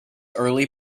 early